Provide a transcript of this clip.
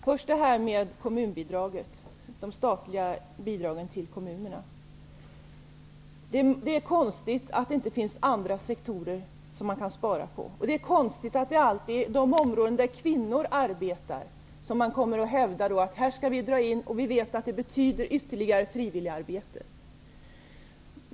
Herr talman! Först till detta med kommunbidraget -- det statliga bidraget till kommunerna. Det är konstigt att det inte finns andra sektorer som man kan spara på, och det är konstigt att det alltid är för de områden där kvinnor arbetar som man hävdar att vi skall dra in. Det betyder ytterligare frivilligarbete.